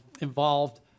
involved